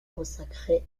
consacré